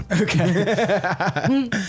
Okay